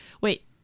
Wait